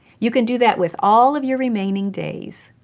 you can do that with all of your remaining days.